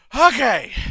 Okay